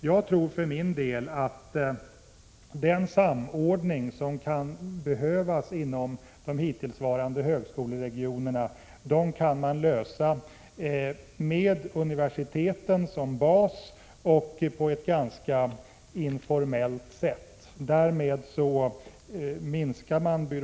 För min del tror jag att den samordning som kan behövas inom de hittillsvarande högskoleregionerna kan klaras på ett ganska informellt sätt med universiteten som bas.